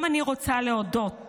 גם אני רוצה להודות